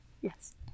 Yes